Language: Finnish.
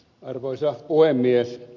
arvoisa puhemies